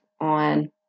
on